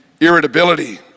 irritability